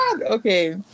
Okay